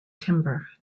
timbre